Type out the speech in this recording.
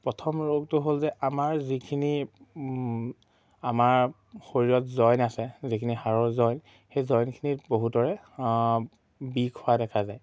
প্ৰথম ৰোগটো হ'ল যে আমাৰ যিখিনি আমাৰ শৰীৰত জইন আছে যিখিনি সাৰৰ জইন সেই জইনখিনি বহুতৰে বিষ হোৱা দেখা যায়